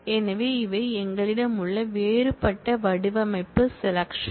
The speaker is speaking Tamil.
எனவே இவை எங்களிடம் உள்ள வேறுபட்ட வடிவமைப்பு செலெக்சன்